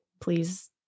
please